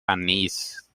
anís